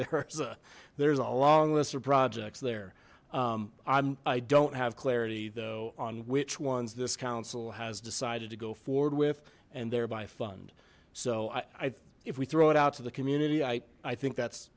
there's there's a long list of projects there i'm i don't have clarity though on which ones this council has decided to go forward with and thereby fund so i if we throw it out to the community i i think that's